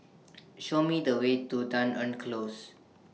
Show Me The Way to Dunearn Close